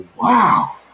wow